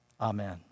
amen